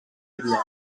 hitler